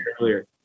earlier